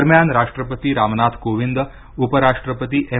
दरम्यान राष्ट्रपती रामनाथ कोविन्द उप राष्ट्रपती एम